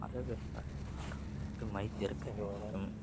அரை வேக்காடு வைத்திருக்க வேண்டும்